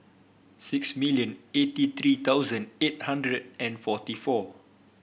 six million eighty three thousand eight hundred and forty four